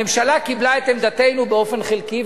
הממשלה קיבלה את עמדתנו באופן חלקי,